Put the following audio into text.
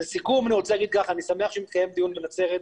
לסיכום אני רוצה לומר שאני שמח שמתקיים דיון בנצרת,